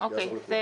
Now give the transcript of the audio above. זה יעזור לכולם.